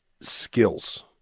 skills